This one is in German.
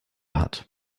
hat